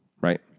right